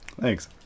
Thanks